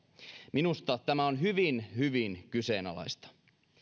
minusta tämä on hyvin hyvin kyseenalaista